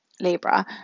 libra